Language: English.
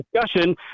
discussion